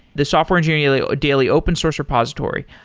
the software engineering daily daily open source repository,